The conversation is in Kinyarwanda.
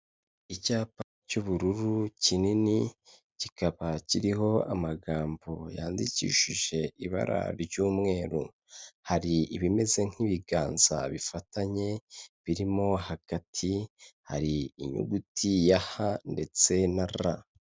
Icyapa cy'ubururu kinini kikaba kiriho amagambo yandikishije ibara ry'umweru, hari ibimeze nk'ibiganza bifatanye birimo hagati, hari inyuguti ya ha ndetse na ra.